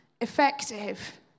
effective